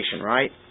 right